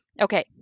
Okay